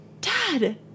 Dad